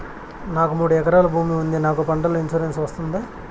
నాకు మూడు ఎకరాలు భూమి ఉంది నాకు పంటల ఇన్సూరెన్సు వస్తుందా?